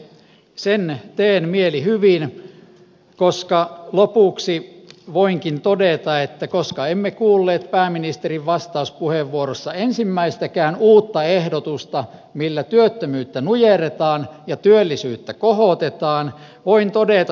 sen teen mielihyvin koska lopuksi voinkin todeta että koska emme kuulleet pääministerin vastauspuheenvuorossa ensimmäistäkään uutta ehdotusta millä työttömyyttä nujerretaan ja työllisyyttä kohotetaan teen seuraavan epäluottamusehdotuksen